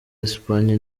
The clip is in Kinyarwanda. espagne